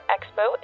Expo